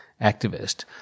activist